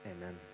Amen